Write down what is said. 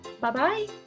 Bye-bye